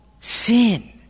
sin